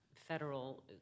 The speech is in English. federal